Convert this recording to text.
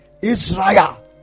Israel